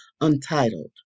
Untitled